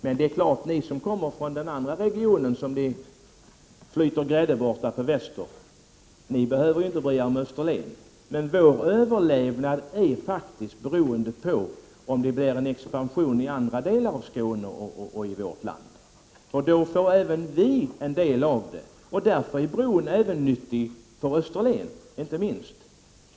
Men det är klart att ni som kommer från den andra regionen i väster, som 43 det flyter grädde på, inte behöver bry er om Österlen. Men Österlens överlevnad är faktiskt beroende av om det blir en expansion i andra delar av Skåne och i övriga landet. Då får även vi del av det. Därför är bron nyttig även för Österlen.